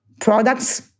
products